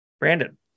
Brandon